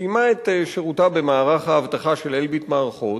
סיימה את שירותה במערך האבטחה של "אלביט מערכות",